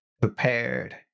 prepared